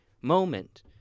moment